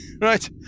Right